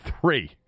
three